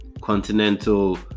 continental